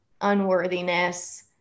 unworthiness